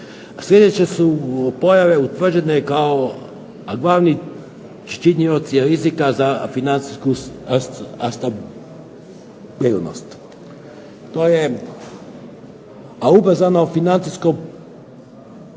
sljedeće su pojave utvrđene kao glavni činioci rizika za financijsku stabilnost. Ubrzano financijsko